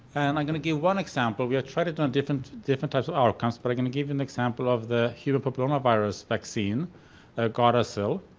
and i'm gonna give one example we have tried it on different different types of ah accounts but i'm gonna give you an example of the human papillomavirus virus vaccine ah gardasil.